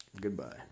Goodbye